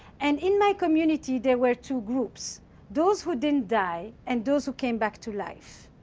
and in my community, there were two groups those who didn't die, and those who came back to life.